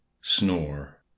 snore